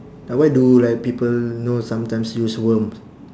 uh why do like people know sometimes use worms